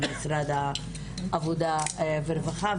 גם משרד העבודה והרווחה,